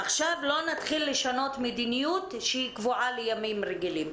עכשיו לא נתחיל לשנות מדיניות שהיא קבועה לימים רגילים.